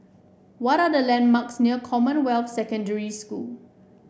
what are the landmarks near Commonwealth Secondary School